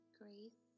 grace